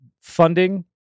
funding